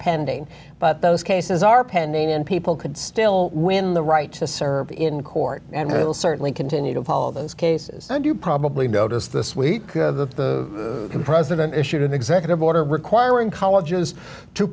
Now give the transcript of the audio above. pending but those cases are pending and people could still win the right to serve in court and we will certainly continue to follow those cases and you probably noticed this week the president issued an executive order requiring colleges to